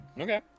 Okay